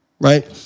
Right